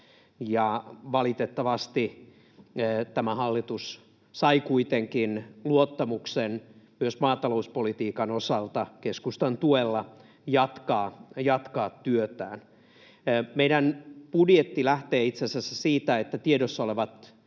valitettavasti tämä hallitus sai kuitenkin luottamuksen myös maatalouspolitiikan osalta — keskustan tuella — jatkaa työtään. Meidän budjetti lähtee itse asiassa siitä, että tiedossa olevien